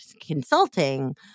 Consulting